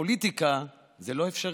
הרי בפוליטיקה זה לא אפשרי.